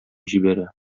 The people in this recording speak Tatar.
җибәрә